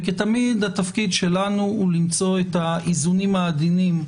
וכתמיד התפקיד שלנו הוא למצוא את האיזונים העדינים,